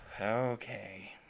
Okay